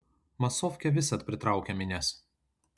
masofkė visad pritraukia minias